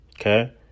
Okay